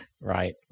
right